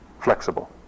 flexible